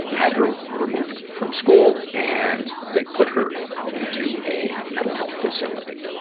had her removed from school, and they put her into a mental health facility.